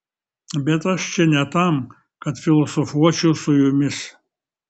bet aš čia ne tam kad filosofuočiau su jumis